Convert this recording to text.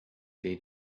they